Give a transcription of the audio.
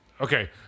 Okay